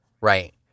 Right